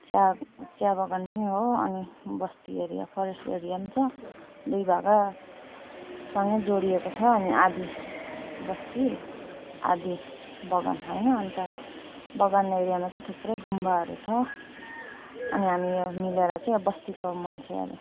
चिया चिया बगान पनि हो अनि बस्ती एरिया फोरेस्ट एरिया पनि छ दुई भागा सँगै जोडिएको छ अनि आधी बस्ती आधी बगान होइन अन्त बगान एरियामा चाहिँ थुप्रै गुम्बाहरू छ अनि हामी यहाँ मिलेर चाहिँ बस्तीको मान्छेहरू